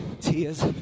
tears